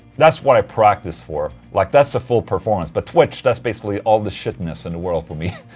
that's what i practice for. like that's a full performance, but twitch, that's basically all the shitness in the world for me.